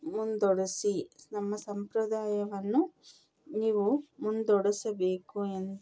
ಮುಂದ್ವರೆಸಿ ನಮ್ಮ ಸಂಪ್ರದಾಯವನ್ನು ನೀವು ಮುಂದ್ವರೆಸಬೇಕು